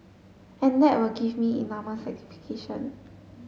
and that will give me enormous satisfaction